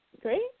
Great